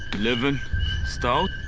eleven style?